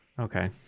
Okay